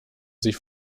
sich